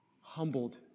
Humbled